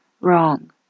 wrong